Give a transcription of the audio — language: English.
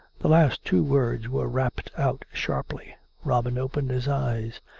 the last two words were rapped out sharply. robin opened his eyes.